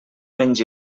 menys